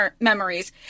memories